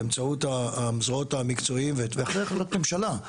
באמצעות הזרועות המקצועיים ואחרי החלטת ממשלה,